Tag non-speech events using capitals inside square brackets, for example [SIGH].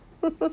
[LAUGHS]